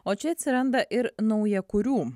o čia atsiranda ir naujakurių